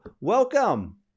Welcome